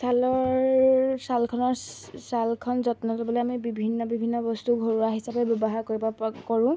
ছালৰ ছালখনৰ ছালখন যত্ন ল'বলৈ আমি বিভিন্ন বিভিন্ন বস্তু ঘৰুৱা হিচাপে ব্যৱহাৰ কৰিব পা কৰোঁ